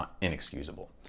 inexcusable